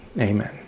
Amen